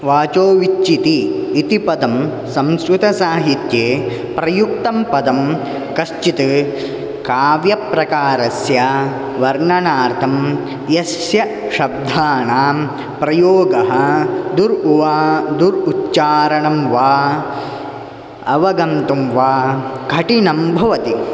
वाचोवीच्छिति इति पदं संस्कृतसाहित्ये प्रयुक्तं पदं कश्चित् काव्यप्रकारस्य वर्णनार्थं यस्य शब्दानां प्रयोगः दुर् उवा दुर् उच्चारणं वा अवगन्तुं वा कठिनं भवति